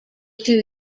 two